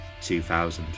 2000